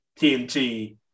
TNT